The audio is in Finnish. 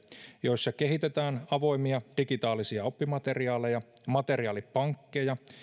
joissa kehitetään avoimia digitaalisia oppimateriaaleja materiaalipankkeja